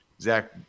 Zach